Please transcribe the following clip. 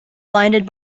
blinded